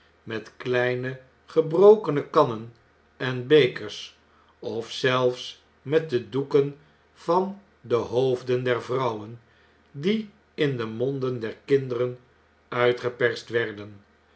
met kleine gebrokene kannen en bekers of zelfs met de doeken van de hoofden der vrouwen die in de monden der kinderen uitgeperst werden